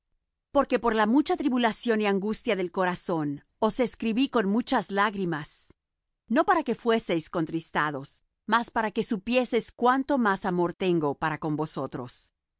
porque por la mucha tribulación y angustia del corazón os escribí con muchas lágrimas no para que fueseis contristados mas para que supieseis cuánto más amor tengo para con vosotros